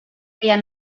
feien